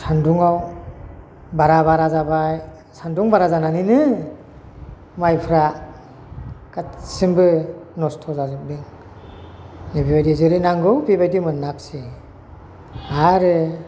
सान्दुंआव बारा बारा जाबाय सान्दुं बारा जानानैनो माइफ्रा गासैनिबो नस्थ' जाजोबदों बेफोरबायदि जेरै नांगौ बेबायदि मोनाखिसै आरो